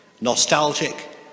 Nostalgic